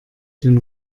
den